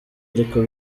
ariko